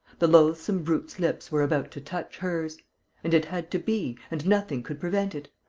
the loathsome brute's lips were about to touch hers and it had to be, and nothing could prevent it.